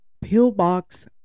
Pillbox